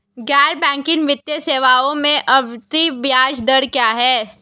गैर बैंकिंग वित्तीय सेवाओं में आवर्ती ब्याज दर क्या है?